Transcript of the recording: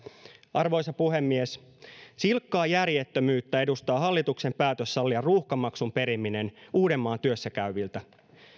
arvoisa puhemies silkkaa järjettömyyttä edustaa hallituksen päätös sallia ruuhkamaksun periminen uudenmaan työssäkäyviltä